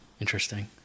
interesting